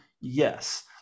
yes